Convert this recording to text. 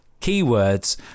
keywords